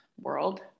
world